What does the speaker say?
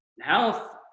health